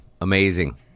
amazing